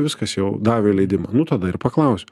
viskas jau davė leidimą nu tada ir paklausiu